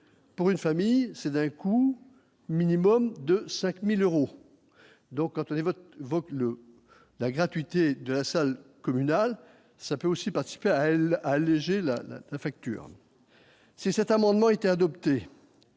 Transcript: pour une famille, c'est d'un coût minimum de 5000 euros, donc quand le la gratuité de la salle communale, ça peut aussi participer à elle, alléger la facture, si cet amendement était adopté,